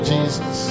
Jesus